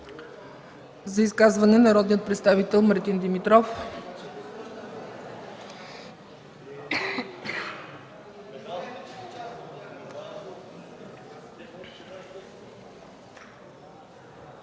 За изказване - народният представител Мартин Димитров.